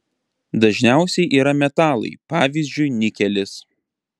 dažniausiai yra metalai pavyzdžiui nikelis